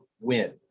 win